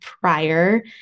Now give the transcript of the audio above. prior